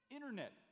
Internet